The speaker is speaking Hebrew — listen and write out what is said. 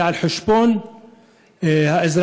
היא על חשבון האזרחים,